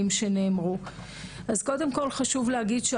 תיקון מס' 10 לחוק למניעת הטרדה מינית.